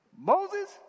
Moses